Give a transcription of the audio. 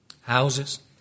houses